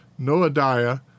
Noadiah